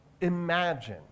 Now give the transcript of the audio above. imagine